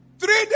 Three